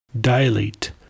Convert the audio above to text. Dilate